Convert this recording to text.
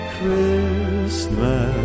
Christmas